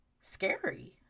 scary